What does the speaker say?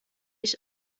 ich